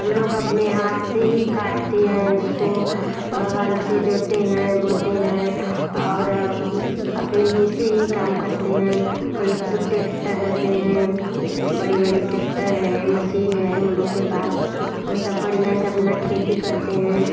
हम लोग अपने हाथ से ही काटते हैं इसको ओ हल से जोतते हैं बोते हैं और अपने ही से ही काम करते हैं उन लोग तो टेक्टर रहते हैं बड़ी बड़ी टेक्टर है मसीन है उन लोग के पास वो सब बढ़िया से अपना खेती करते हैं